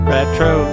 Retro